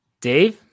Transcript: Dave